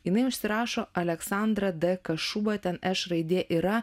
jinai užsirašo aleksandrą d kašuba ten š raidė yra